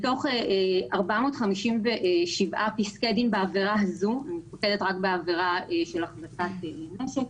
מתוך 457 פסקי דין בעבירה הזו של החזקת נשק,